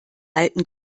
alten